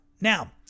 Now